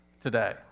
today